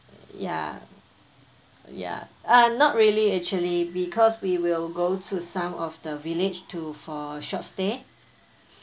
ya ya uh not really actually because we will go to some of the village to for short stay